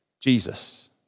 Jesus